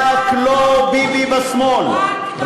רק לא ביבי בשמאל,